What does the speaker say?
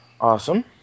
Awesome